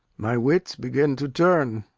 my wits begin to turn.